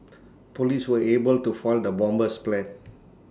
Police were able to foil the bomber's plans